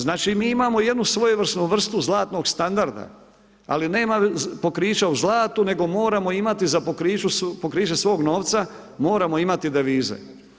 Znači mi imamo jednu svojevrsnu vrstu zlatnog standarda, ali nema pokrića u zlatu, nego moramo imati za pokriće svog novca, moramo imati devize.